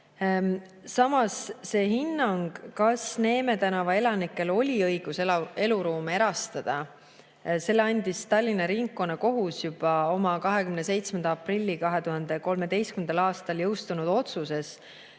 Samas, selle hinnangu, kas Neeme tänava elanikel oli õigus eluruume erastada, andis Tallinna Ringkonnakohus juba oma 27. aprillil 2013. aastal jõustunud otsuses,